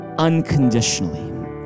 unconditionally